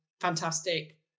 Fantastic